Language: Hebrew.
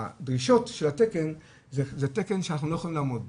שהדרישות של התקן זה תקן שהם לא יכולים לעמוד בו.